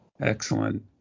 Excellent